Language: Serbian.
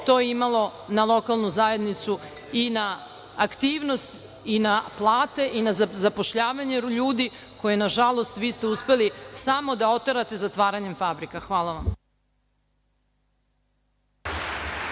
to imalo na lokalnu zajednicu i na aktivnost i na plate i na zapošljavanje ljudi koje, nažalost, vi ste uspeli samo da oterate zatvaranjem fabrika. Hvala vam.